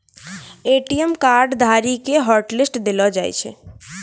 ATM card धारी के hotlist देलो जाय छै